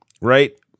right